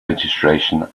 registration